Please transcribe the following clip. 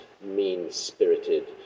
mean-spirited